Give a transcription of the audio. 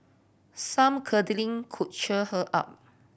some cuddling could cheer her up